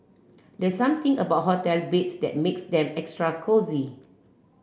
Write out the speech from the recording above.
there's something about hotel beds that makes them extra cosy